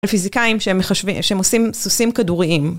פיזיקאים כשהם עושים, כשהם מחשבים סוסים כדוריים